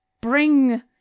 Bring